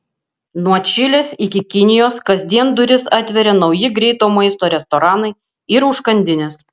nuo čilės iki kinijos kasdien duris atveria nauji greito maisto restoranai ir užkandinės